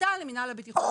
הורתה למנהל הבטיחות,